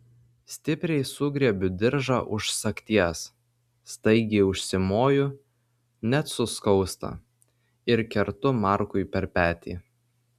stipriai sugriebiu diržą už sagties staigiai užsimoju net suskausta ir kertu markui per petį